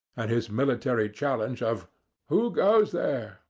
and his military challenge of who goes there?